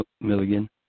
Milligan